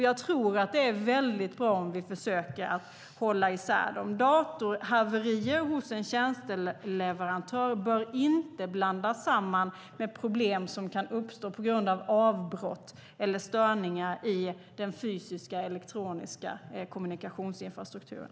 Jag tror att det är bra om vi försöker hålla isär dem. Datorhaverier hos en tjänsteleverantör bör inte blandas samman med problem som kan uppstå på grund av avbrott eller störningar i den fysiska elektroniska kommunikationsinfrastrukturen.